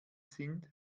sind